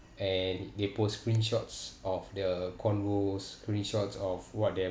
and they post screenshots of the convo screenshots of what they have